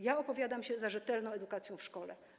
Ja opowiadam się za rzetelną edukacją w szkole.